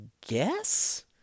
guess